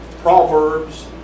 Proverbs